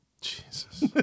jesus